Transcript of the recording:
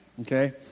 okay